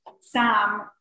Sam